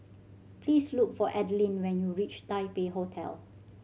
please look for Adeline when you reach Taipei Hotel